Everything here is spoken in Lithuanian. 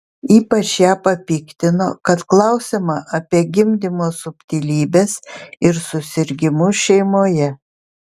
ypač ją papiktino kad klausiama apie gimdymo subtilybes ir susirgimus šeimoje